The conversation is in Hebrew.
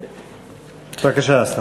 בבקשה, השר.